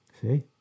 See